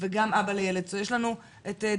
זמננו כבר תם.